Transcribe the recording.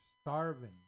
starving